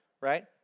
right